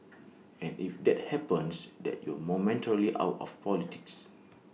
and if that happens then you're momentarily out of politics